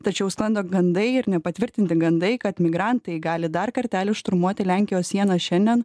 tačiau sklando gandai ir nepatvirtinti gandai kad migrantai gali dar kartelį šturmuoti lenkijos sieną šiandien